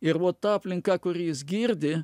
ir vo ta aplinka kurį jis girdi